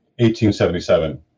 1877